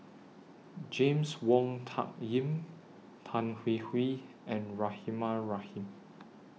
James Wong Tuck Yim Tan Hwee Hwee and Rahimah Rahim